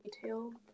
detailed